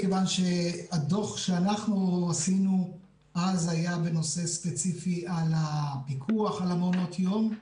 הדוח שעשינו אז כיוון לנושא ספציפי על הפיקוח על מעונות היום.